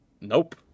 nope